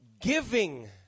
giving